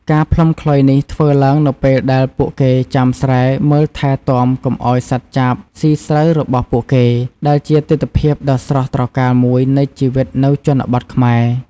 ការផ្លុំខ្លុយនេះធ្វើឡើងនៅពេលដែលពួកគេចាំស្រែ មើលថែទាំកុំឲ្យសត្វចាបស៊ីស្រូវរបស់ពួកគេ ដែលជាទិដ្ឋភាពដ៏ស្រស់ត្រកាលមួយនៃជីវិតនៅជនបទខ្មែរ។